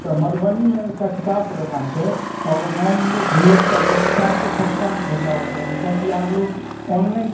हम बाजि रहल छी हमर एकटा बहुत पैघ किताबके दोकान अछि मधुबनीमे एकटा किताबके दोकान छै आओर हम लोकसभकेँ किताब सस्तामे पहुँचाबे चाहबै किआकी आब लोग ऑनलाइन